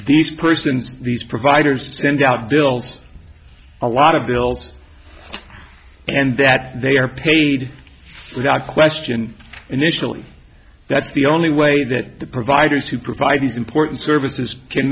e person these providers send out build a lot of bills and that they are paid without question initially that's the only way that the providers who provide these important services can